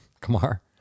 Kamar